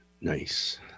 Nice